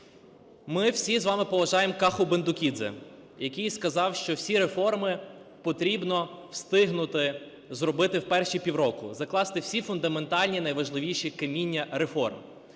Ми всі з вами поважаємо Каху Бендукідзе, який сказав, що всі реформи потрібно встигнути зробити в перші півроку, закласти всі фундаментальні, найважливіші каміння реформ.